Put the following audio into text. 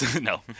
no